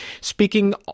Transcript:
speaking